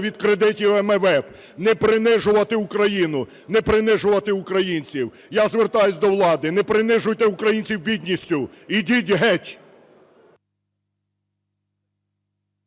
від кредитів МВФ, не принижувати Україну, не принижувати українців. Я звертаюся до влади: не принижуйте українців бідністю. Ідіть геть!